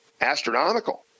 astronomical